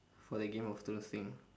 for the game of thrones thing